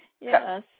Yes